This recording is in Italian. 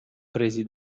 presi